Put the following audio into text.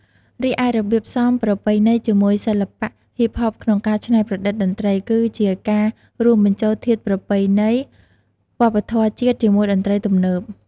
រីឯរបៀបផ្សំប្រពៃណីជាមួយសិល្បៈហ៊ីបហបក្នុងការច្នៃប្រឌិតតន្ត្រី គឺជាការរួមបញ្ចូលធាតុប្រពៃណីវប្បធម៌ជាតិជាមួយតន្ត្រីទំនើប។